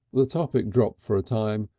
the topic dropped for a time,